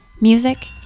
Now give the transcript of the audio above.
Music